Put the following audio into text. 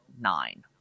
nine